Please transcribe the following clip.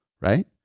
right